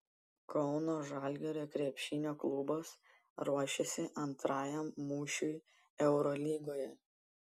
kauno žalgirio krepšinio klubas ruošiasi antrajam mūšiui eurolygoje